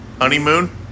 Honeymoon